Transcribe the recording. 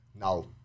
now